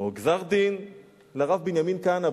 או גזר-דין לרב בנימין כהנא,